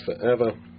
forever